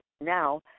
now